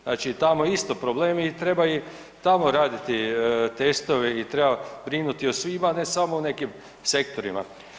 Znači tamo isto problemi i treba i tamo raditi testove i treba brinuti o svima, a ne samo o nekim sektorima.